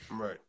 right